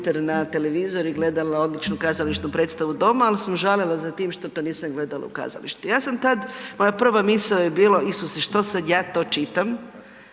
na televizor i gledala odličnu kazališnu predstavu doma, ali sam žalila za tim što to nisam gledala u kazalištu. Ja sam tad, moja prva misao je bila Isuse što sad ja to čitam,